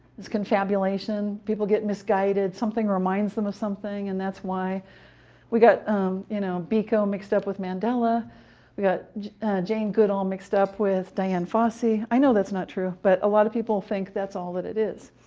it's confabulation. people get misguided something reminds them of something, and that's why we got you know biko mixed up with mandela why we got jane goodall mixed up with dian fossey. i know that's not true, but a lot of people think that's all that it is.